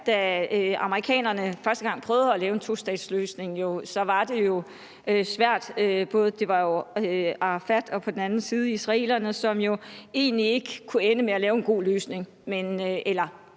Da amerikanerne første gang prøvede at lave en tostatsløsning, var det jo svært. Det var Arafat og på den anden side israelerne, som ikke kunne få opbakning til en god løsning.